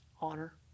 honor